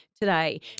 today